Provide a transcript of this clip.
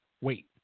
wait